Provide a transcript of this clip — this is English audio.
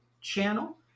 channel